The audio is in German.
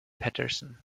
patterson